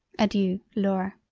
adeiu laura.